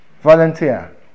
volunteer